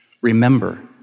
Remember